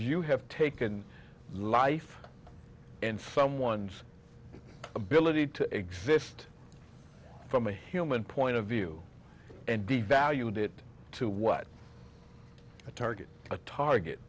you have taken life and from one's ability to exist from a human point of view and devalued it to what a target a target